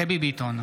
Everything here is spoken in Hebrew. דבי ביטון,